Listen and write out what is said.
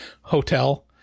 hotel